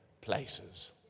places